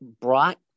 brought